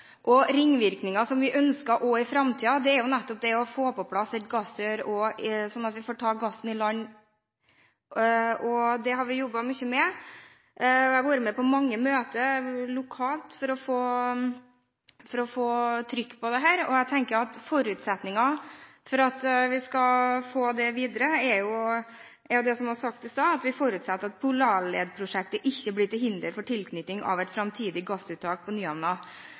ringvirkninger. Ringvirkninger som dette er det vi ønsker også i framtiden, nemlig å få på plass gassrør slik at vi får ta gassen i land. Det har vi jobbet mye med. Jeg har vært med på mange møter lokalt for å få trykk på dette, og jeg tenker at forutsetningen for at vi skal få det videre, er det som ble sagt i stad, at vi forutsetter at Polarled-prosjektet ikke blir til hinder for tilknyting av et framtidig gassuttak på